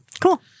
Cool